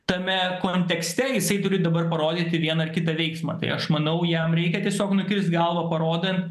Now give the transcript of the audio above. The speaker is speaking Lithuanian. tame kontekste jisai turi dabar parodyti vieną kitą veiksmą tai aš manau jam reikia tiesiog nukirst galvą parodant